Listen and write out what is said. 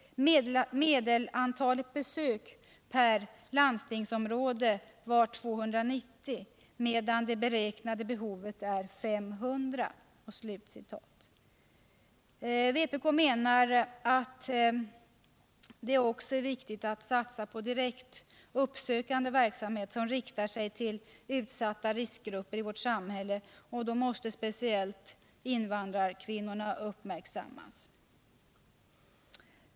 ——- Medelantalet besök per landstingsområde var 290 medan det beräknade behovet är 500.” Vpk menar att det också är viktigt att satsa på direkt uppsökande verksamhet, som riktar sig till utsatta riskgrupper i vårt samhälle, och då måste speciellt invandrarkvinnorna uppmärksammas.